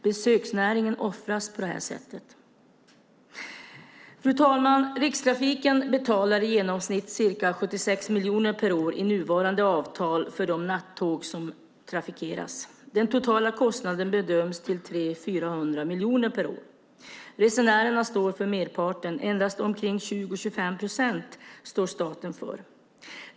Besöksnäringen offras på det här sättet. Fru talman! Rikstrafiken betalar i genomsnitt ca 76 miljoner per år i nuvarande avtal för de nattåg som är i trafik. Den totala kostnaden bedöms till 300-400 miljoner per år. Resenärerna står för merparten. Endast omkring 20-25 procent står staten för.